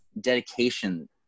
dedication